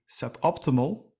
suboptimal